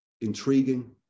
intriguing